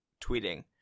tweeting